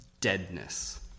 deadness